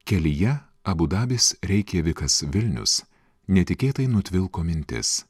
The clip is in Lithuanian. kelyje abu dabis reikjavikas vilnius netikėtai nutvilko mintis